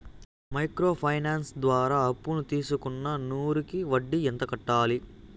Micro finance ద్వారా అప్పును తీసుకున్న నూరు కి వడ్డీ ఎంత కట్టాలి?